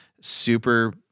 Super